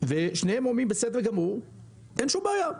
ושניהם אמרו שזה בסדר גמור, אין שום בעיה.